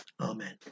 amen